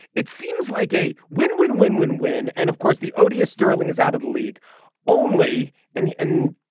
it seems like a win win win win win. and of course the odious sterling is out of the league only in and the end.